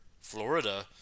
Florida